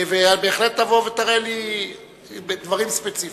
בהחלט תבוא ותראה לי בדברים ספציפיים.